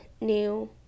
new